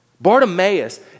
Bartimaeus